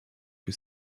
que